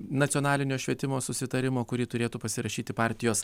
nacionalinio švietimo susitarimo kurį turėtų pasirašyti partijos